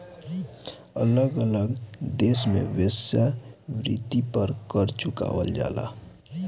अलग अलग देश में वेश्यावृत्ति पर कर चुकावल जाला